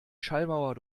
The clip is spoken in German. schallmauer